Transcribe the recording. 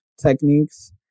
techniques